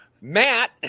Matt